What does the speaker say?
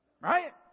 Right